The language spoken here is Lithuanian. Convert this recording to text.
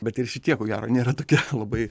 bet ir šitie ko gero nėra tokie labai